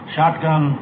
Shotgun